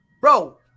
bro